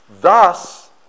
Thus